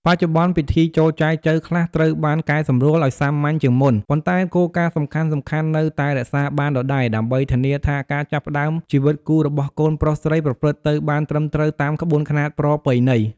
បច្ចុប្បន្ន ពិធីចូលចែចូវខ្លះត្រូវបានកែសម្រួលឲ្យសាមញ្ញជាងមុន ប៉ុន្តែគោលការណ៍សំខាន់ៗនៅតែរក្សាបានដដែល ដើម្បីធានាថាការចាប់ផ្តើមជីវិតគូរបស់កូនប្រុសស្រីប្រព្រឹត្តទៅបានត្រឹមត្រូវតាមក្បួនខ្នាតប្រពៃណី។